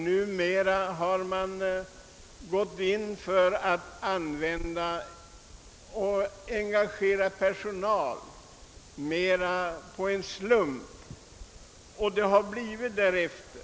Numera engageras tydligen personalen mera slumpartat och resultatet har också blivit därefter.